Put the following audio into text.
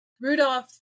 Rudolph